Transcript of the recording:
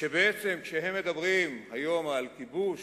כשבעצם, כשהם מדברים היום על כיבוש,